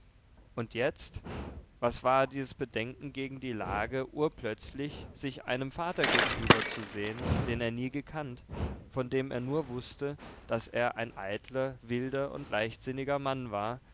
und jetzt was war dies bedenken gegen die lage urplötzlich sich einem vater gegenüberzusehen den er nie gekannt von dem er nur wußte daß er ein eitler wilder und leichtsinniger mann war